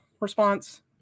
response